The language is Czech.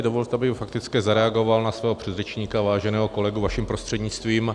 Dovolte, abych fakticky zareagoval na svého předřečníka, váženého kolegu, vaším prostřednictvím.